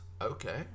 okay